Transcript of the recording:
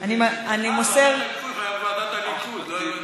אני מוסר אה, שמעתי ועדת הליכוד, לא הבנתי.